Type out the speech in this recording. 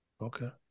Okay